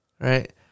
Right